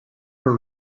were